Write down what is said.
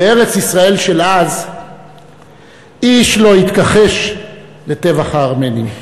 בארץ-ישראל של אז איש לא התכחש לטבח הארמנים.